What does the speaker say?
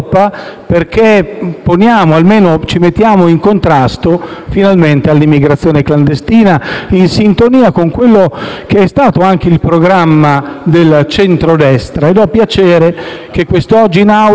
perché ci poniamo finalmente in contrasto rispetto all'immigrazione clandestina, in sintonia con quello che è stato anche il programma del centrodestra. Ho piacere che quest'oggi in Aula